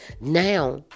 Now